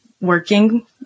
working